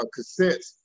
cassettes